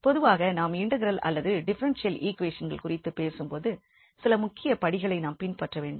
பொதுவாக நாம் இன்டெக்ரல் அல்லது டிஃபரென்ஷியல் ஈக்வேஷன்கள் குறித்து பேசும் பொழுது சில முக்கிய படிகளை நாம் பின்பற்றவேண்டும்